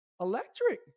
electric